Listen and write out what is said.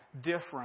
different